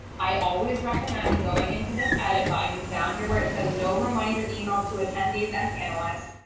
i always recommend going into this edit button down here where it says no reminder email to attendees and panelists,